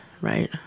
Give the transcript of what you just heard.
right